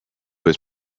was